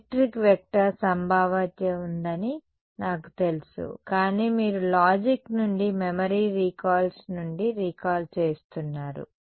electric vector సంభావ్యత ఉందని నాకు తెలుసు కానీ మీరు లాజిక్ నుండి మెమరీ రీకాల్స్ నుండి రీకాల్ చేస్తున్నారు